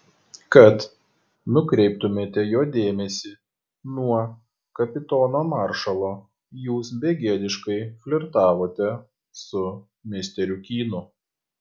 kad nukreiptumėte jo dėmesį nuo kapitono maršalo jūs begėdiškai flirtavote su misteriu kynu